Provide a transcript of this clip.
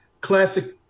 classic